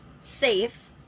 safe